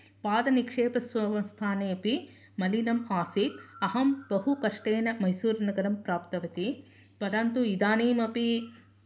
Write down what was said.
पादनिक्षेप स्थाने अपि मलिनम् आसीत् अहं बहु कष्टेन मैसूरनगरं प्राप्तवती परन्तु इदानीमपि